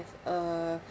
uh